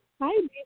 Hi